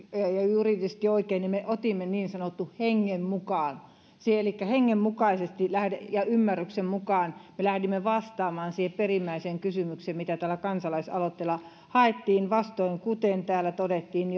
oikein me otimme niin sanotun hengen mukaan elikkä hengen mukaisesti ja ymmärryksen mukaan me lähdimme vastaamaan siihen perimmäiseen kysymykseen mitä tällä kansalaisaloitteella haettiin kuten täällä todettiin